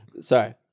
Sorry